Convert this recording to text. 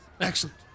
Excellent